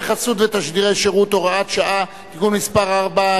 חסות ותשדירי שירות) (הוראת שעה) (תיקון מס' 4),